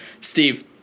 Steve